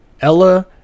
Ella